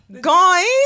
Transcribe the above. Guys